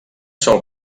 sol